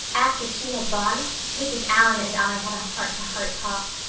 after she had gone mrs. allan and i had a heart-to-heart talk.